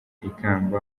ikamba